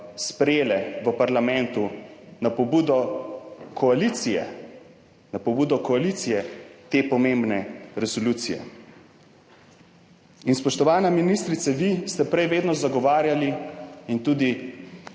pobudo koalicije, na pobudo koalicije, te pomembne resolucije. In spoštovana ministrica, vi ste prej vedno zagovarjali in tudi